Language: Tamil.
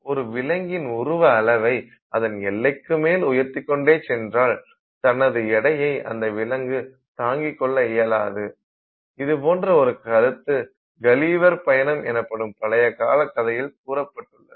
ஒரு விலங்கின் உருவ அளவை அதன் எல்லைக்கு மேல் உயர்த்திக் கொண்டே சென்றால் தனது எடையை அந்த விலங்கு தாங்கிக்கொள்ள இயலாது இதுபோன்ற ஒரு கருத்து கல்லிவர் பயணம் எனும் பழைய கதையில் கூறப்பட்டுள்ளது